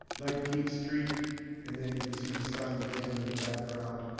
nineteenth street and then you can see the sign again in the background